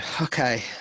Okay